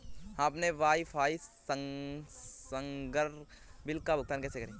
हम अपने वाईफाई संसर्ग बिल का भुगतान कैसे करें?